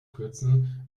kürzen